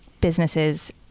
businesses